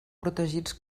protegits